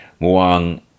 Muang